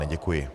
Děkuji.